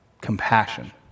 compassion